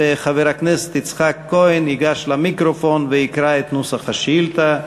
וחבר הכנסת יצחק כהן ייגש למיקרופון ויקרא את נוסח השאילתה.